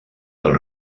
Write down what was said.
del